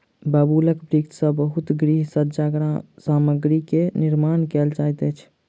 बबूलक वृक्ष सॅ बहुत गृह सज्जा सामग्री के निर्माण कयल जाइत अछि